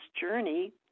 journey